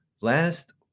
last